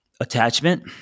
Attachment